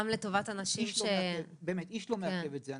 לטובת אנשים --- באמת איש לא מעכב את זה.